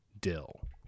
dill